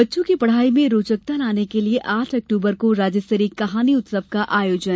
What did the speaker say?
बच्चों की पढ़ाई में रोचकता लाने के लिये आठ अक्टूबर को राज्य स्तरीय कहानी उत्सव का आयोजन